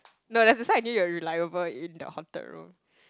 no there's a sign I knew you were reliable in the haunted room